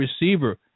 receiver